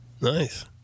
Nice